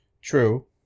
True